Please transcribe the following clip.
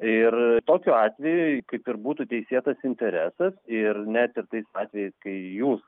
ir tokiu atveju kaip ir būtų teisėtas interesas ir net ir tais atvejais kai jūs